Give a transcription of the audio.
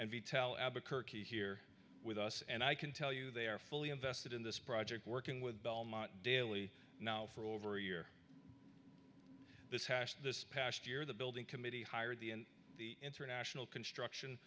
and detail albuquerque here with us and i can tell you they are fully invested in this project working with belmont daily now for over a year this hash this past year the building committee hired the international construction